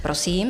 Prosím.